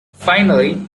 finally